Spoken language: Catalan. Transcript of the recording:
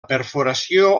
perforació